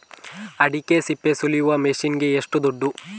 ಅಡಿಕೆ ಸಿಪ್ಪೆ ಸುಲಿಯುವ ಮಷೀನ್ ಗೆ ಏಷ್ಟು ದುಡ್ಡು?